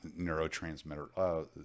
neurotransmitter